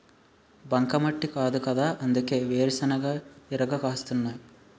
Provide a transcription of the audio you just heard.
బంకమట్టి కాదుకదా అందుకే వేరుశెనగ ఇరగ కాస్తున్నాయ్